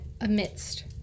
amidst